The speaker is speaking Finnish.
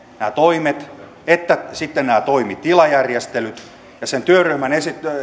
nämä toimet että sitten nämä toimitilajärjestelyt ja sen työryhmän